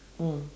mm